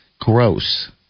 Gross